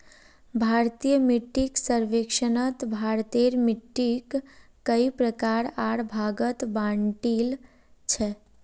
भारतीय मिट्टीक सर्वेक्षणत भारतेर मिट्टिक कई प्रकार आर भागत बांटील छे